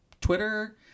twitter